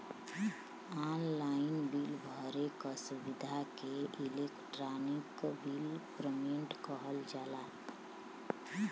online bill भरे क सुविधा के इलेक्ट्रानिक बिल पेमेन्ट कहल जाला